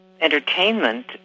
entertainment